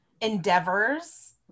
endeavors